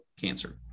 cancer